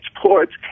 ports